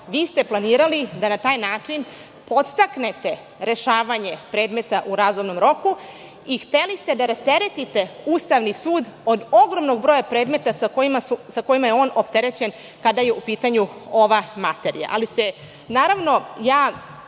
Vi ste planirali da na taj način podstaknete rešavanje predmeta u razumnom roku i hteli ste da rasteretite Ustavni sud od ogromnog broja predmeta sa kojima je on opterećen kada je u pitanju ova materija,